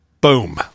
boom